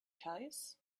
toes